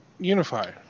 unify